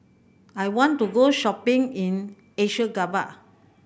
I want to go shopping in Ashgabat